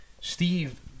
Steve